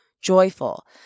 joyful